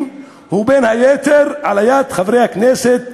היא בין היתר עליית חברי הכנסת למסגד.